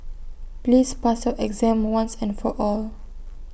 please pass your exam once and for all